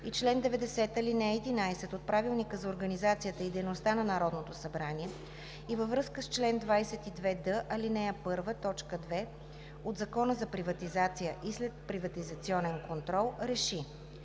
и чл. 90, ал. 11 от Правилника за организацията и дейността на Народното събрание и във връзка с чл. 22д, ал. 1, т. 2 от Закона за приватизация и следприватизационен контрол РЕШИ: